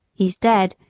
he's dead,